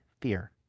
fear